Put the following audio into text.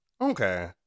Okay